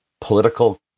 political